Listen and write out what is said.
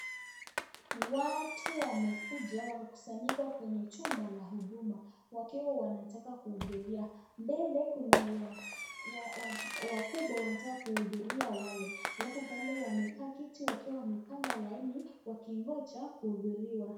Watu wamekuja wakakusanyika kwenye chumba la huduma wakiwa wanataka kuhudhuria mbele kuna wakubwa wanataka kihudhuria wale. Alfu pale wamekaa kitu wakiwa wamepanga laini wakingoja kuhudhuriwa.